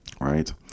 Right